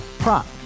Prop